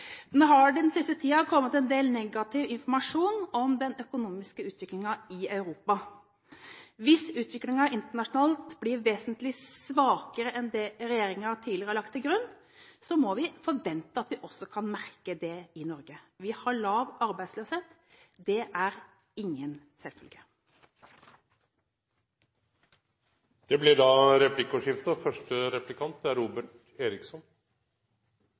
Nå har det den siste tiden kommet en del negativ informasjon om den økonomiske utviklingen i Europa. Hvis utviklingen internasjonalt blir vesentlig svakere enn det regjeringen tidligere har lagt til grunn, må vi forvente at vi også kan merke det i Norge. Vi har arbeidsløshet, det er ingen selvfølge. Det blir replikkordskifte. Jeg registrerer at statsråden i sitt innlegg sier at hun er veldig fornøyd med kvalifiseringsprogrammet, og